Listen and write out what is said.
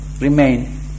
remain